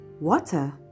Water